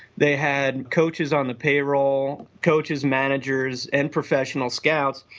they had coaches on the payroll, coaches, managers and professional scouts.